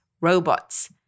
robots